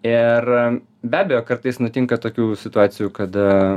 ir be abejo kartais nutinka tokių situacijų kada